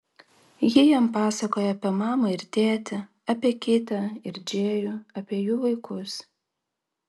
ji jam pasakoja apie mamą ir tėtį apie kitę ir džėjų apie jų vaikus